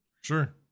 Sure